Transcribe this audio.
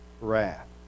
wrath